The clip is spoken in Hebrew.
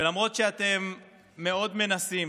ולמרות שאתם מאוד מנסים